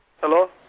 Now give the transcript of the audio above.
Hello